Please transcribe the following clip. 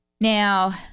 Now